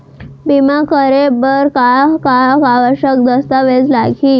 बीमा करे बर का का आवश्यक दस्तावेज लागही